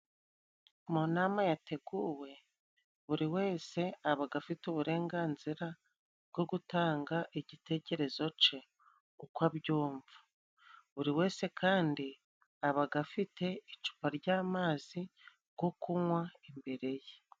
Mu nama yateguwe, buri wese abaga afite uburenganzira bwo gutanga igitekerezo ce uko abyumva. Buri wese kandi abaga afite icupa ry'amazi go kunywa imbere ye.